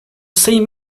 same